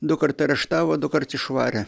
dukart areštavo dukart išvarė